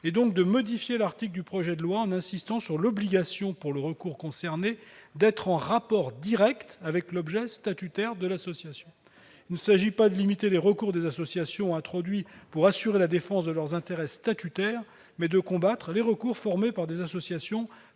et donc de modifier l'article du projet de loi en insistant sur l'obligation que le recours soit en rapport direct avec l'objet statutaire de l'association. Il s'agit non pas de limiter les recours introduits par les associations pour assurer la défense de leurs intérêts statutaires, mais de combattre les recours formés par des associations